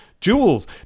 jewels